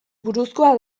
buruzkoa